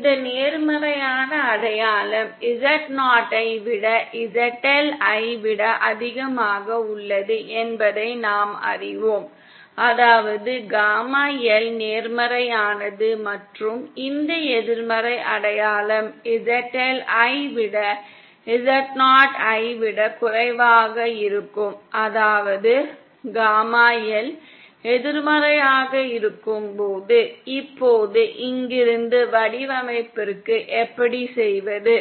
இந்த நேர்மறையான அடையாளம் Z0 ஐ விட ZL ஐ விட அதிகமாக உள்ளது என்பதை நாம் அறிவோம் அதாவது காமா L நேர்மறையானது மற்றும் இந்த எதிர்மறை அடையாளம் ZL ஐ விட Z0 ஐ விட குறைவாக இருக்கும் அதாவது காமா L எதிர்மறையாக இருக்கும்போது இப்போது இங்கிருந்து வடிவமைப்பிற்கு எப்படி செய்வது